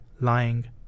lying